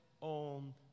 on